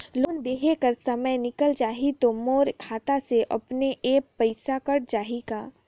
Loan देहे कर समय निकल जाही तो मोर खाता से अपने एप्प पइसा कट जाही का?